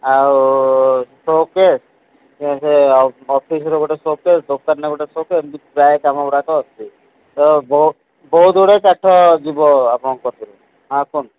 ଆଉ ସୋକେସ୍ ଆଉ ସେ ଅଫିସ୍ର ଗୋଟେ ସୋକେସ୍ ଦୋକାନରେ ଗୋଟେ ସୋକେସ୍ ଏମିତି ପ୍ରାୟ କାମ ଗୁଡ଼ାକ ଅଛି ତ ବ ବହୁତ ଗୁଡ଼େ କାଠ ଯିବ ଆପଣଙ୍କ ପାଖରୁ ହଁ କୁହନ୍ତୁ